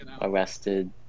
Arrested